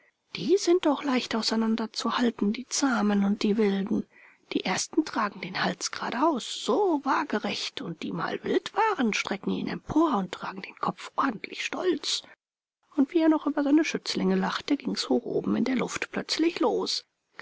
die sind doch leicht auseinanderzuhalten die zahmen und die wilden die ersten tragen den hals gradaus so waagerecht und die mal wild waren strecken ihn empor und tragen den kopf ordentlich stolz und wie er noch über seine schützlinge lachte ging's hoch oben in der luft plötzlich los